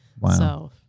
Wow